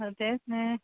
तेंच न्हय